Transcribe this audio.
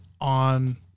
on